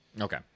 Okay